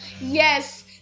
Yes